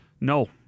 No